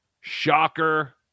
Shocker